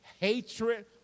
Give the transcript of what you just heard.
hatred